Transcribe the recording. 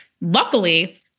Luckily